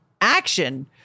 action